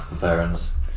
parents